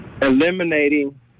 eliminating